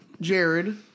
Jared